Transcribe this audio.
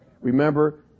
remember